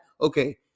okay